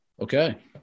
Okay